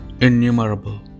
innumerable